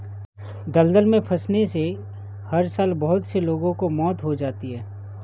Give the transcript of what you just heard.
दलदल में फंसने से हर साल बहुत से लोगों की मौत हो जाती है